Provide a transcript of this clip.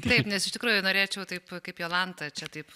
taip nes iš tikrųjų norėčiau taip kaip jolanta čia taip